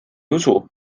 usu